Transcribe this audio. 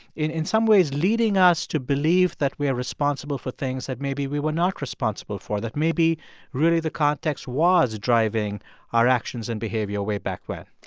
in in some ways leading us to believe that we are responsible for things that maybe we were not responsible responsible for? that maybe really the context was driving our actions and behavior way back when?